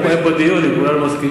מבחינתי, אין פה דיון אם כולנו מסכימים.